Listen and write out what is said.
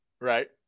Right